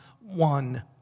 one